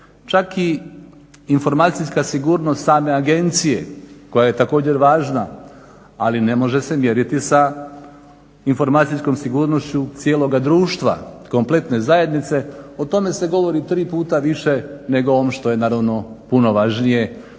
Čak i informacijska sigurnost same agencije koja je također važna, ali ne može se mjeriti sa informacijskom sigurnošću cijeloga društva, kompletne zajednice o tome se govori tri puta više nego o ovom što je naravno puno važnije,